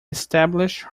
established